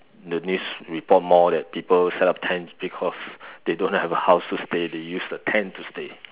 the news report more that people set up tents because they don't have a house to stay they use a tent to stay